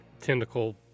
tentacle